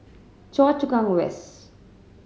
Choa Chu Kang West